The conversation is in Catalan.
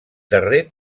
darrer